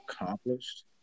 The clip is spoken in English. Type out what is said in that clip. accomplished